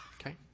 Okay